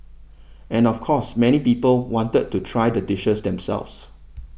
and of course many people wanted to try the dishes themselves